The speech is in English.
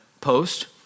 post